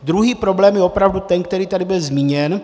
Druhý problém je opravdu ten, který tady byl zmíněn.